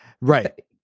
Right